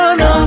no